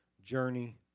journey